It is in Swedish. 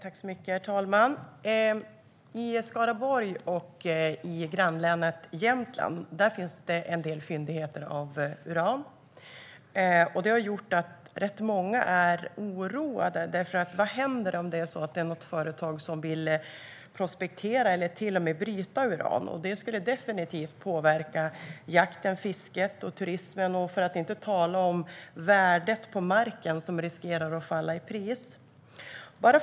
Herr talman! I Skaraborg och i mitt grannlän Jämtland finns det en del fyndigheter av uran. Det har gjort att rätt många är oroade. Vad händer om något företag vill prospektera eller till och med bryta uran? Det skulle definitivt påverka jakten, fisket och turismen, för att inte tala om värdet på marken, som riskerar att minska. Marken riskerar att falla i pris.